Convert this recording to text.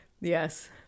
Yes